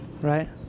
Right